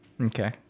Okay